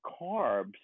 carbs